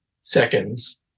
seconds